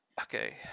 Okay